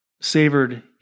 savored